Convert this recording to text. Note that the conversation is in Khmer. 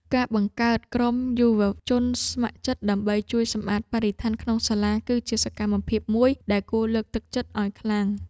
ការបង្កើតក្រុមយុវជនស្ម័គ្រចិត្តដើម្បីជួយសម្អាតបរិស្ថានក្នុងសាលា គឺជាសកម្មភាពមួយដែលគួរលើកទឹកចិត្តឱ្យខ្លាំង។